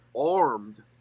armed